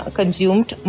consumed